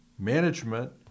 Management